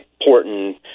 important